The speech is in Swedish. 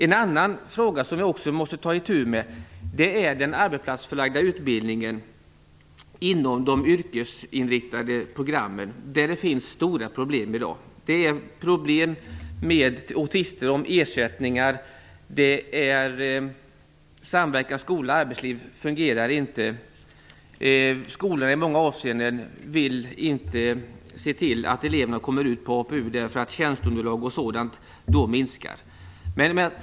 En annan fråga som man också ta itu med gäller den arbetsplatsförlagda utbildningen inom de yrkesinriktade programmen. Där finns det stora problem i dag. Det är problem med och tvister om ersättningar. många avseenden vill skolorna inte se till att eleverna kommer ut på APU, eftersom tjänsteunderlaget och dylikt minskar.